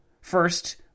First